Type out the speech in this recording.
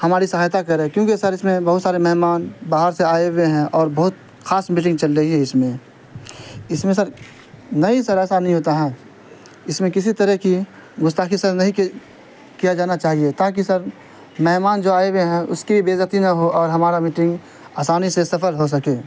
ہماری سہایتا کریں کیونکہ سر اس میں بہت سارے مہمان باہر سے آئے ہوئے ہیں اور بہت خاص میٹنگ چل رہی ہے اس میں اس میں سر نہیں سر ایسا نہیں ہوتا ہے اس میں کسی طرح کی گستاخی سر نہیں کیا جانا چاہیے تاکہ سر مہمان جو آئے ہوئے ہیں اس کی بے عزتی نہ ہو اور ہمارا میٹنگ آسانی سے سفل ہو سکے